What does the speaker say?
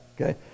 okay